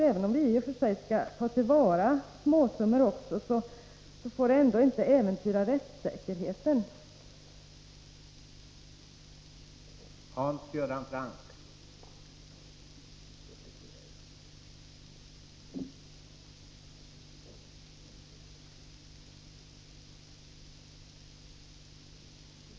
Även om vi också skall ta till vara småsummor, får inte rättssäkerheten äventyras.